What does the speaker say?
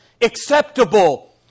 Acceptable